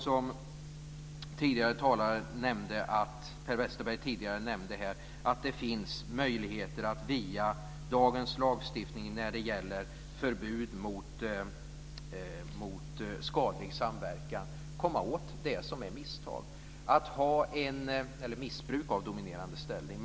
Som Per Westerberg tidigare nämnde här finns det möjligheter när det gäller förbud mot skadlig samverkan att via dagens lagstiftning komma åt det som är missbruk av dominerande ställning.